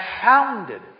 founded